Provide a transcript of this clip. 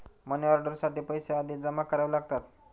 money order साठी पैसे आधीच जमा करावे लागतात